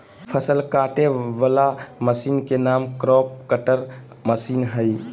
फसल काटे वला मशीन के नाम क्रॉप कटर मशीन हइ